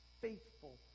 faithful